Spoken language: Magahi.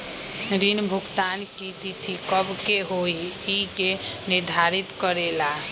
ऋण भुगतान की तिथि कव के होई इ के निर्धारित करेला?